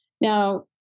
Now